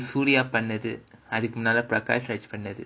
suriya பண்ணது அதுக்கு முன்னாடி:pannathu adhukku munnaadi prakash raj பண்ணது:pannathu